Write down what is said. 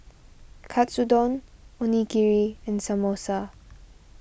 Katsudon Onigiri and Samosa